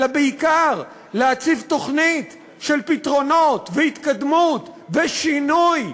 אלא בעיקר להציב תוכנית של פתרונות והתקדמות ושינוי.